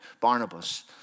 Barnabas